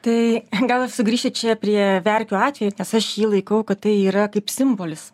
tai gal ir sugrįžiu čia prie verkių atvejo nes aš jį laikau kad tai yra kaip simbolis